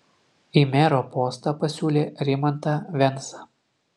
į mero postą pasiūlė rimantą vensą